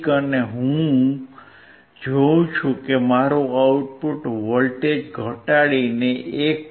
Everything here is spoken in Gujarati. અને હું જોઉં છું કે મારું આઉટપુટ વોલ્ટેજ ઘટાડીને 1